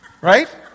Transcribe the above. right